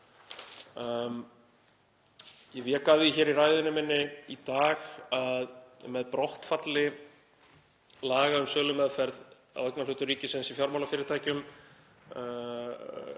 Ég vék að því í ræðu minni í dag að með brottfalli laga um sölumeðferð á eignarhlutum ríkisins í fjármálafyrirtækjum